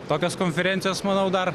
tokios konferencijos manau dar